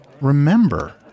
remember